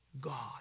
God